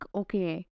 okay